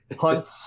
hunt